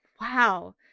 wow